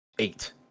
eight